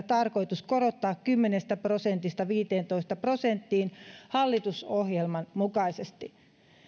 tarkoitus korottaa kymmenestä prosentista viiteentoista prosenttiin hallitusohjelman mukaisesti